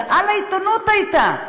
הודעה לעיתונות הייתה,